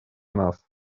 нас